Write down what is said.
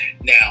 now